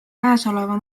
käesoleva